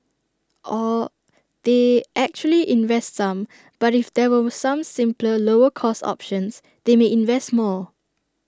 or they actually invest some but if there were some simpler lower cost options they may invest more